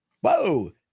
whoa